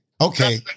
Okay